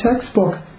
textbook